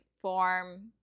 form